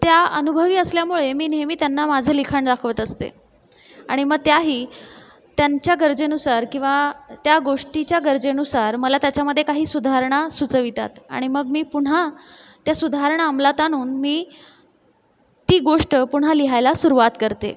त्या अनुभवी असल्यामुळे मी नेहमी त्यांना माझं लिखाण दाखवत असते आणि मग त्याही त्यांच्या गरजेनुसार किंवा त्या गोष्टीच्या गरजेनुसार मला त्याच्यामध्ये काही सुधारणा सुचवितात आणि मग मी पुन्हा त्या सुधारणा अमलात आणून मी ती गोष्ट पुन्हा लिहायला सुरुवात करते